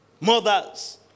mothers